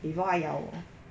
before 他咬我